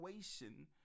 situation